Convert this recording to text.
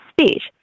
speech